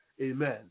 Amen